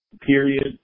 period